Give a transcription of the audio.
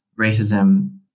Racism